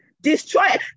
destroy